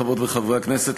חברות וחברי הכנסת,